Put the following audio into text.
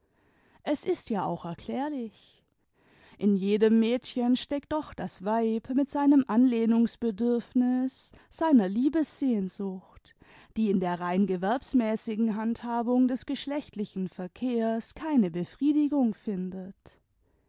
es ist ja auch erklärlich in jedem mädchen steckt doch das weib mit seinem anlehnungsbedürfnis seiner liebessehnsucht die in der rein gewerbsmäßigen handhabung des geschlechtlichen verkehrs keine befriedigung findet